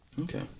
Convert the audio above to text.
Okay